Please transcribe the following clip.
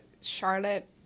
Charlotte